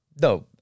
No